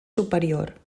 superior